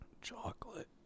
Chocolate